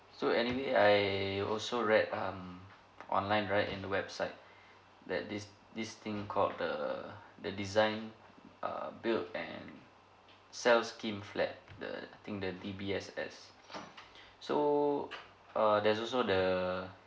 so anyway I also read um online right in the website that this this thing called the the design err build and sell scheme flat the I think the D_B_S_S so err there's also the